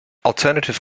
alternative